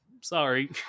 Sorry